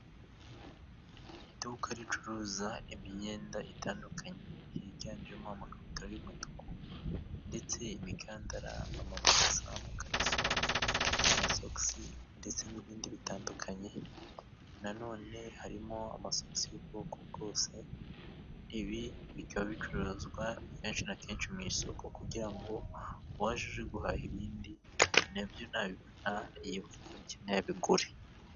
Iduka ricuruza imyenda itandukanye higanjemo amakabutura y'umutuku ndetse imikandara, amabogisa, amakariso, amasogisi ndetse n'ibindi bitandukanye. Nanone harimo amasogisi y'ubwoko bwose, ibi bikaba bicuruzwa kenshi na kenshi mu isoko kugira ngo uwaje aje guhaha ibindi nabyo nabibona yibuke ko abikeneye abigure.